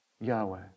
Yahweh